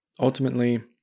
Ultimately